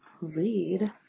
read